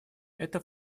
это